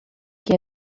que